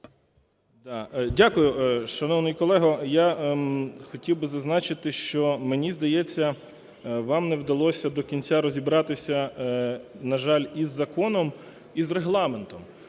Дякую, шановний колего. Я хотів би зазначити, що мені здається, вам не вдалося до кінця розібратися, на жаль, і з законом, і з Регламентом.